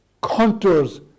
contours